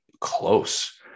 close